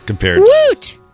Woot